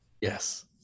Yes